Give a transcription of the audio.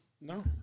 No